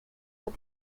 but